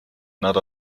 nad